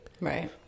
Right